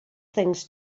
things